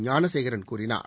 ஞானசேகரன் கூறினார்